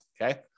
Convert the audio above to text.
okay